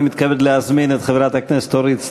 אני מתכבד להזמין את חברת הכנסת אורית סטרוק.